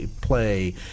play